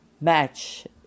match